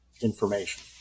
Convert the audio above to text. information